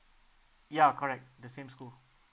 ya correct the same school